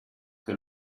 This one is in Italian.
che